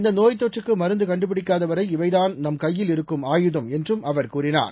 இந்த நோய் தொற்றுக்கு மருந்து கண்டுபிடிக்காத வரை இவைதான் நம் கையில் இருக்கும் ஆயுதம் என்றும் அவர் கூறினார்